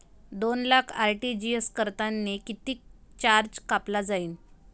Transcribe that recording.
दोन लाख आर.टी.जी.एस करतांनी कितीक चार्ज कापला जाईन?